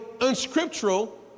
unscriptural